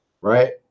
right